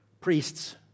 priests